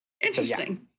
Interesting